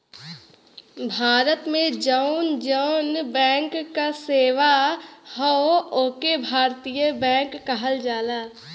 भारत में जौन जौन बैंक क सेवा हौ ओके भारतीय बैंक कहल जाला